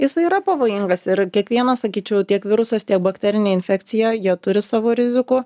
jisai yra pavojingas ir kiekvienas sakyčiau tiek virusas tiek bakterinė infekcija jie turi savo rizikų